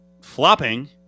flopping